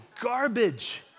garbage